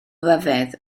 ryfedd